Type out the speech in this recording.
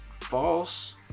false